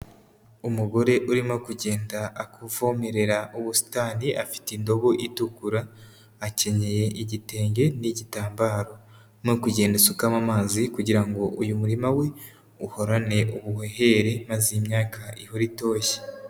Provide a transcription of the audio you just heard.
Umugore urimo kugenda akuvomerera ubusitani afite indobo itukura, akenyeye igitenge n'igitambaro, arimo kugenda asukamo amazi kugira ngo uyu murima we uhorane ubuhehere, maze iyi imyaka ihore itoshye.